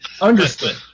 Understood